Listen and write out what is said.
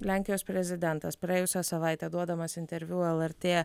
lenkijos prezidentas praėjusią savaitę duodamas interviu lrt